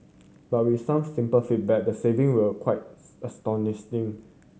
but with some simple feedback the saving were quite astounding